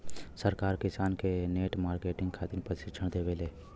सरकार किसान के नेट मार्केटिंग खातिर प्रक्षिक्षण देबेले?